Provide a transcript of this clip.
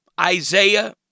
Isaiah